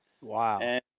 Wow